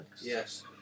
Yes